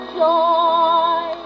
joy